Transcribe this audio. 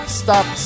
stop